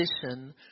position